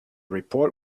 report